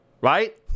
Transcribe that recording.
right